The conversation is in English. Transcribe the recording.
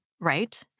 Right